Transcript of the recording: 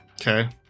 Okay